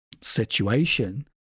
situation